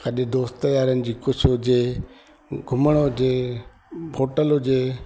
किथे दोस्त यारनि जी कुझु हुजे घुमिणो हुजे होटल हुजे